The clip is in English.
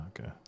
okay